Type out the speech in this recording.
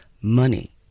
money